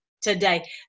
today